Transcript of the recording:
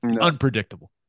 unpredictable